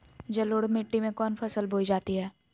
जलोढ़ मिट्टी में कौन फसल बोई जाती हैं?